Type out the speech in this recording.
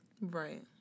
Right